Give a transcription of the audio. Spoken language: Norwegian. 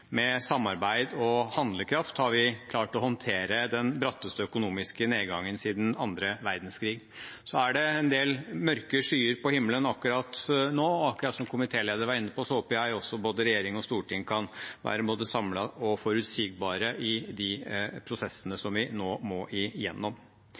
med samarbeid og handlekraft, har vi klart å håndtere den bratteste økonomiske nedgangen siden annen verdenskrig. Så er det en del mørke skyer på himmelen akkurat nå, og som komitélederen var inne på, håper jeg at regjering og storting kan være både samlet og forutsigbare i de prosessene